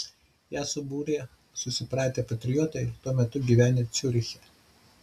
ją subūrė susipratę patriotai tuo metu gyvenę ciuriche